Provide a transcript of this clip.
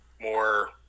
More